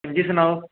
जी सनाओ